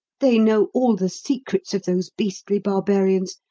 they know all the secrets of those beastly barbarians,